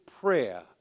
prayer